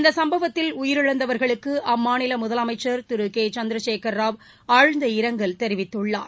இந்த சும்பவத்தில் உயிரிழந்தவர்களுக்கு அம்மாநில முதலமைச்சர் திரு கே சந்திரசேகர ராவ் ஆழ்ந்த இரங்கல் தெரிவித்துள்ளார்